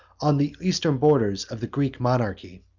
on the eastern borders of the greek monarchy.